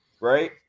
right